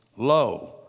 Lo